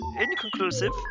inconclusive